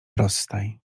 rozstaj